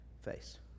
face